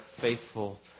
faithful